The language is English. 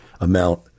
amount